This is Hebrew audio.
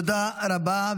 תודה רבה.